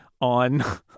On